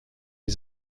die